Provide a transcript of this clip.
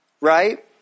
right